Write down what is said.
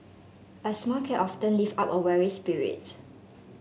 a smile can often lift up a weary spirit